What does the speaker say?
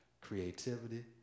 creativity